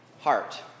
heart